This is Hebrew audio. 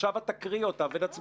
עכשיו את תקריאי אותן ונצביע.